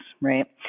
right